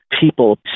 people